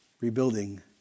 rebuilding